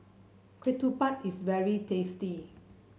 ketupat is very tasty